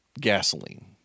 gasoline